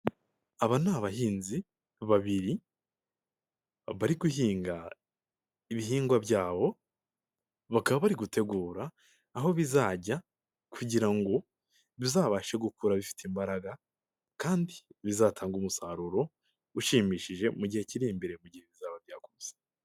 Aba ni abahinzi babiri bari guhinga ibihingwa byabo, bakaba bari gutegura aho bizajya kugira ngo bizabashe gukura bifite imbaraga kandi bizatanga umusaruro ushimishije mu gihe kiri imbere mu gihe bizaba byakuze.